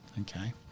Okay